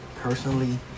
personally